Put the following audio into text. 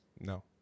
no